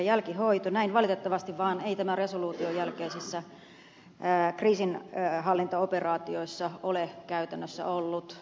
näin valitettavasti vaan ei tämän resoluution jälkeisissä kriisinhallintaoperaatioissa ole käytännössä ollut